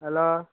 hello